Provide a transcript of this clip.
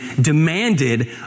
demanded